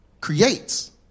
creates